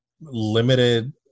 Limited